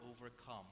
overcome